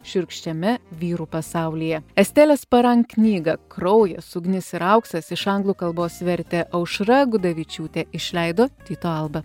šiurkščiame vyrų pasaulyje estėlės parank knygą kraujas ugnis ir auksas iš anglų kalbos vertė aušra gudavičiūtė išleido tyto alba